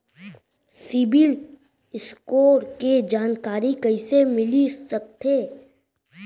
CIBIL score के जानकारी कइसे मिलिस सकथे?